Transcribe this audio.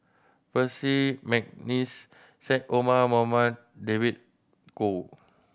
Percy McNeice Syed Omar Mohamed David Kwo